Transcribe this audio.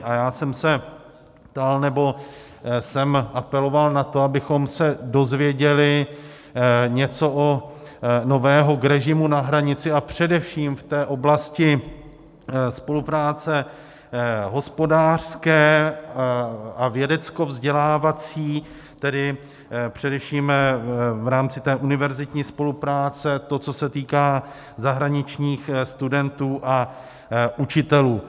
A já jsem se ptal, nebo jsem apeloval na to, abychom se dozvěděli něco nového k režimu na hranici, a především v té oblasti spolupráce hospodářské a vědeckovzdělávací, tedy především v rámci té univerzitní spolupráce, to, co se týká zahraničních studentů a učitelů.